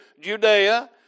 Judea